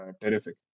terrific